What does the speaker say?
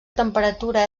temperatura